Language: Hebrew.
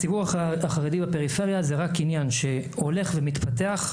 הציבור החרדי בפריפריה שזה רק עניין שהולך ומתפתח,